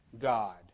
God